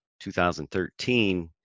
2013